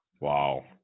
wow